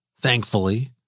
thankfully